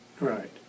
Right